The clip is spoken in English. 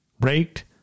raked